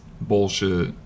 bullshit